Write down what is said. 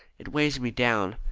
it weighs me down.